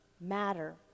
matter